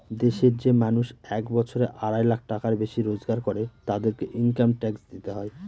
দেশের যে মানুষ এক বছরে আড়াই লাখ টাকার বেশি রোজগার করে, তাদেরকে ইনকাম ট্যাক্স দিতে হয়